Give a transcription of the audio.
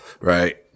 Right